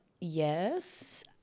yes